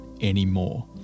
anymore